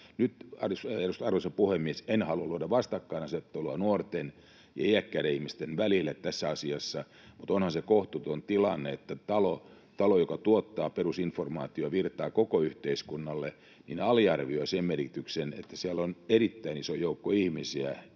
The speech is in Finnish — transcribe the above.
Arvoisa puhemies! En halua luoda vastakkainasettelua nuorten ja iäkkäiden ihmisten välille tässä asiassa, mutta onhan se kohtuuton tilanne, että talo, joka tuottaa perusinformaatiovirtaa koko yhteiskunnalle, aliarvioi sen merkityksen, että siellä on erittäin iso joukko ihmisiä,